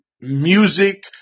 music